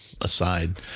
aside